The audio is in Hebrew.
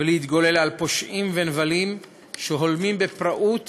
ולהתגולל על פושעים ונבלים שהולמים בפראות